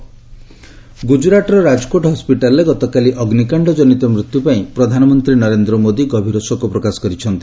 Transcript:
PM condolence ଗୁଜୁରାଟ୍ର ରାଜକୋଟ୍ ହସ୍କିଟାଲ୍ରେ ଗତକାଲି ଅଗ୍ନିକାଣ୍ଡଜନିତ ମୃତ୍ୟୁ ପାଇଁ ପ୍ରଧାନମନ୍ତ୍ରୀ ନରେନ୍ଦ୍ର ମୋଦି ଗଭୀର ଶୋକ ପ୍ରକାଶ କରିଛନ୍ତି